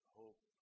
hope